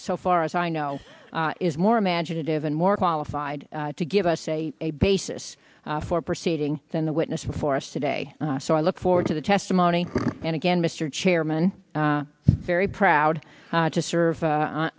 so far as i know is more imaginative and more qualified to give us a basis for proceeding than the witness before us today so i look forward to the testimony and again mr chairman very proud to serve